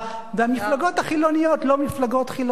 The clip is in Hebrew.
והמפלגות החילוניות לא מפלגות חילוניות.